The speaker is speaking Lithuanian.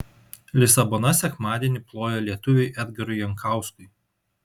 lisabona sekmadienį plojo lietuviui edgarui jankauskui